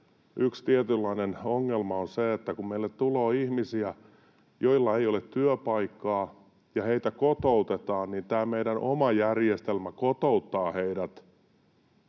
yksi tietynlainen ongelma on se, että kun meille tulee ihmisiä, joilla ei ole työpaikkaa ja heitä kotoutetaan, niin tämä meidän oma järjestelmämme kotouttaa heidät